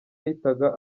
yahitaga